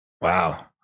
Wow